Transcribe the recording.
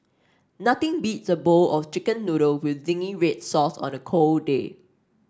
nothing beats a bowl of chicken noodle with zingy red sauce on a cold day